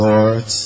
Lord